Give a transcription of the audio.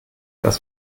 das